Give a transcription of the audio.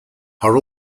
her